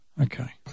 Okay